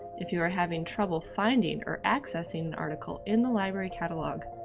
if you are having trouble finding or accessing an article in the library catalog,